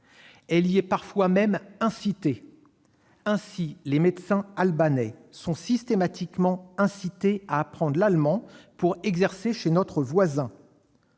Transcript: Elle y est même parfois incitée- ainsi les médecins albanais sont-ils systématiquement encouragés à apprendre l'allemand pour exercer chez notre voisin.